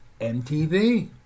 MTV